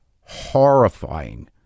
horrifying